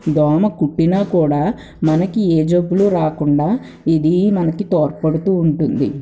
దోమ కుట్టిన కూడా మనకి ఏ జబ్బులు రాకుండా ఇది మనకి తోడ్పడుతూ ఉంటుంది